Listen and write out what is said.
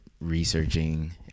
researching